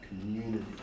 community